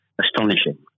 astonishing